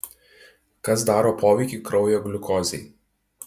kas daro poveikį kraujo gliukozei